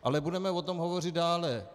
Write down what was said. Ale budeme o tom hovořit dále.